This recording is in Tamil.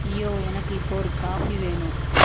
யோவ் எனக்கு இப்போ ஒரு காஃபி வேணும்